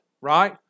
right